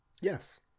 yes